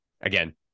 Again